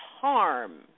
harm